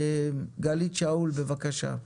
גלית שאול, בבקשה.